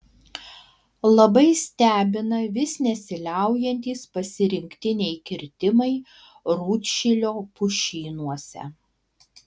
labai stebina vis nesiliaujantys pasirinktiniai kirtimai rūdšilio pušynuose